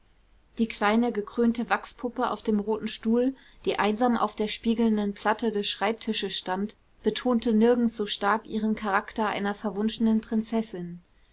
die kleine gekrönte wachspuppe auf dem roten stuhl die einsam auf der spiegelnden platte des schreibtisches stand betonte nirgends so stark ihren charakter einer verwunschenen prinzessin